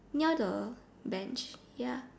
near the bench ya